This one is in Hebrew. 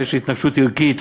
כשיש התנגשות ערכית,